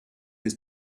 his